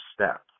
step